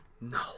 No